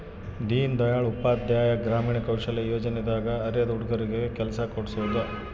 ದೀನ್ ದಯಾಳ್ ಉಪಾಧ್ಯಾಯ ಗ್ರಾಮೀಣ ಕೌಶಲ್ಯ ಯೋಜನೆ ದಾಗ ಅರೆದ ಹುಡಗರಿಗೆ ಕೆಲ್ಸ ಕೋಡ್ಸೋದ